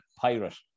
pirate